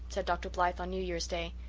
said dr. blythe on new year's day.